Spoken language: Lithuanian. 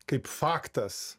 kaip faktas